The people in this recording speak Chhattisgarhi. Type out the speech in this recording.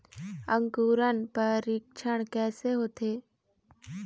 अंकुरण परीक्षण कैसे होथे?